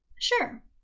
Sure